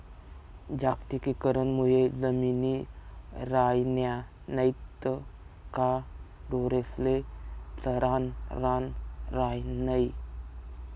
जागतिकीकरण मुये जमिनी रायन्या नैत का ढोरेस्ले चरानं रान रायनं नै